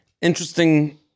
Interesting